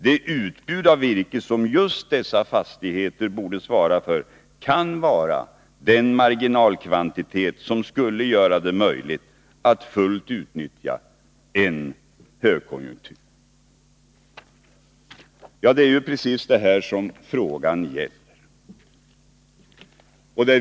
Det utbud av virke som just dessa fastigheter borde svara för kan vara den marginalkvantitet, som skulle göra det möjligt att fullt ut utnyttja en högkonjunktur.” Det är ju precis detta som frågan gäller.